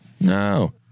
No